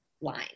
line